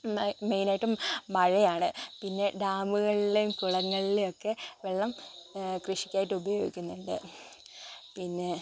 main ആയിട്ടും മഴയാണ് പിന്നെ ഡാമുകളിലേയും കുളങ്ങളിലേയും ഒക്കെ വെള്ളം കൃഷിക്കായിട്ട് ഉപയോഗിക്കുന്നുണ്ട് പിന്നെ